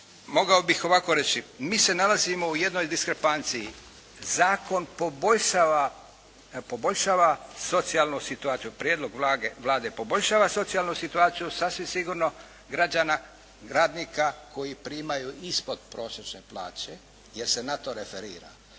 mogao bih ovako reći. Mi se nalazimo u jednoj diskrepanciji. Zakon poboljšava socijalnu situaciju, prijedlog Vlade poboljšava socijalnu situaciju sasvim sigurno građana, radnika koji primaju ispod prosječne plaće jer se na to referira,